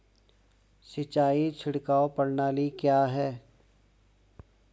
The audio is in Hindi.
सिंचाई छिड़काव प्रणाली क्या है?